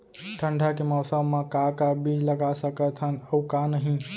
ठंडा के मौसम मा का का बीज लगा सकत हन अऊ का नही?